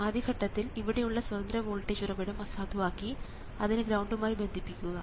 ആദ്യ ഘട്ടത്തിൽ ഇവിടെ ഉള്ള സ്വതന്ത്ര വോൾട്ടേജ് ഉറവിടം അസാധുവാക്കി അതിനെ ഗ്രൌണ്ടും ആയി ബന്ധിപ്പിക്കുക